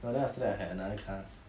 well then after that I had another class